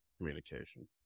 communication